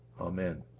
Amen